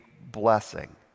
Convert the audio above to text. blessing